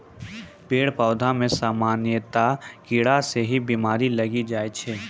पेड़ पौधा मॅ सामान्यतया कीड़ा स ही बीमारी लागी जाय छै